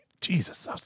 Jesus